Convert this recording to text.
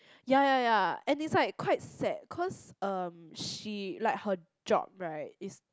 ya ya ya and it's like quite sad cause um she like her job right is